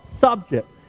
subject